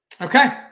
okay